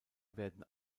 werden